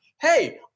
Hey